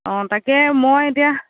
অ তাকে মই এতিয়া